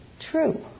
true